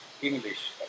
English